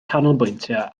canolbwyntio